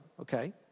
okay